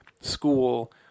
school